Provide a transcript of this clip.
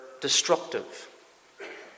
destructive